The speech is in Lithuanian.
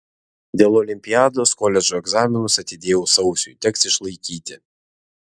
dėl olimpiados koledžo egzaminus atidėjau sausiui teks išlaikyti